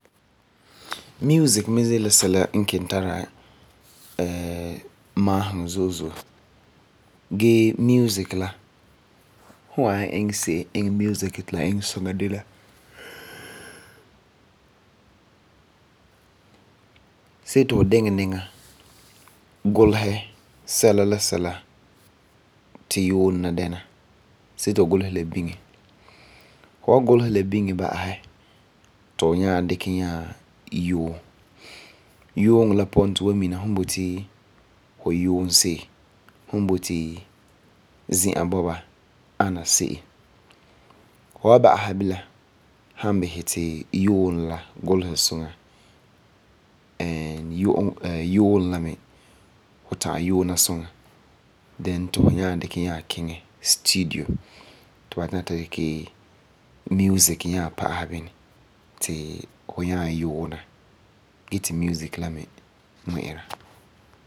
Music mi de la sɛla n kelum tara maaseŋɔ zo'e zo'e gee music la fu wan nyaŋɛ iŋɛ music ti la iŋɛ suŋa de la see ti fu dikɛ niŋa gulesɛ sɛla la sɛla ti yuunɛ la dɛna. See ti fu gulesɛ la biŋɛ, fu wan gulesɛ ti biŋɛ ba'asɛ, ti fu nyaa dikɛ nyaa yuum. Fu wa ba'asɛ bilam fu wan bisɛ ti yuunɛ la gulesɛ suŋa yuunɛ la mi fu ta'am yuuna suŋa. Then ti fu nyaa dikɛ nyaa kiŋɛ studio ti ba nyaa ta dikɛ music nyaa pa'asɛ bini ti fu yuuma gee ti music la mi ŋmi'ira.